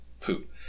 poop